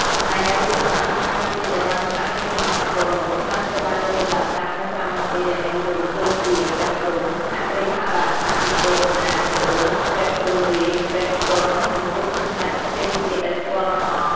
ចំណែកឯរូបចម្លាក់ជាច្រើនទៀតដែលបានឆ្លាក់នៅសម័យអង្គរនោះខ្លះត្រូវបានយកទៅដាក់តាំងនៅសារៈមន្ទីរដែលមានរូបដូចជា ព្រះព្រហ្ម ហរិហរៈអាទិទេពតំណាងឥសូរ ព្រះព្រហ្មរាជ្យ ព្រះស្កន្ទនិងរូបសំណាក់ផ្សេងទៀតដែលស្គាល់មិនអស់។